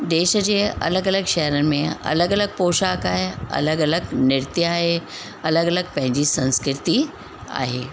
देश जे अलॻि अलॻि शहरनि में अलॻि अलॻि पौशाक आहे अलॻि अलॻि नृत्य आहे अलॻि अलॻि पंहिंजी संस्कृति आहे